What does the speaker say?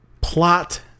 plot